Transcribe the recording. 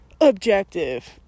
objective